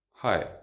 Hi